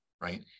right